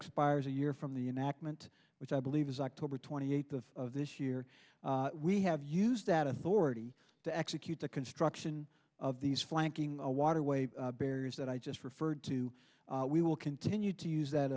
expire a year from the enactment which i believe is october twenty eighth of this year we have used that authority to execute the construction of these flanking waterway barriers that i just referred to we will continue to use that